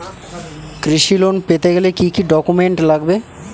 কৃষি লোন পেতে গেলে কি কি ডকুমেন্ট লাগবে?